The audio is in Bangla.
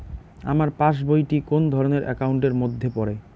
আমার পাশ বই টি কোন ধরণের একাউন্ট এর মধ্যে পড়ে?